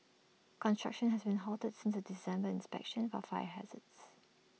construction has been halted since A December inspection for fire hazards